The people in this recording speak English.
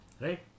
Right